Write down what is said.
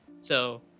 So-